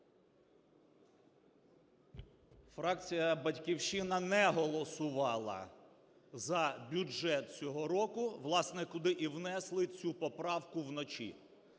Фракція "Батьківщина" не голосувала за бюджет цього року, власне, куди і внесли цю поправку вночі.